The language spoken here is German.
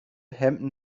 hemden